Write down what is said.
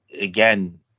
again